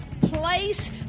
place